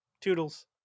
Toodles